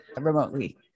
remotely